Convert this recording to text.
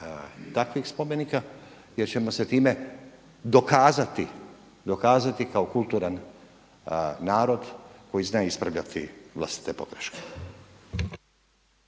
takvih spomenika jer ćemo se time dokazati kao kulturan narod koji zna ispravljati vlastite pogreške.